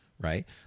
right